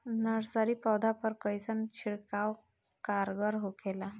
Nursery पौधा पर कइसन छिड़काव कारगर होखेला?